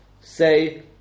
say